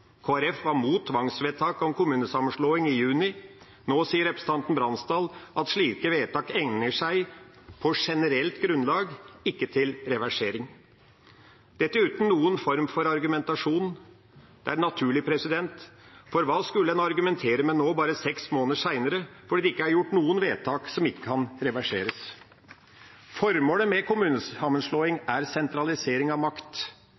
Folkeparti var mot tvangsvedtak om kommunesammenslåing i juni – nå sier representanten Bransdal at slike vedtak «på generelt grunnlag ikke egner seg til reversering» – dette uten noen form for argumentasjon. Det er naturlig, for hva skulle en argumentere med nå, bare seks måneder senere, for det er ikke gjort noen vedtak som ikke kan reverseres. Formålet med kommunesammenslåing er sentralisering av makt